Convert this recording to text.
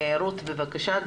רות, בבקשה.